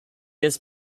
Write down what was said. has